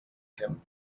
him